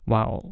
Wow